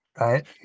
right